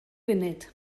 funud